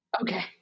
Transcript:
Okay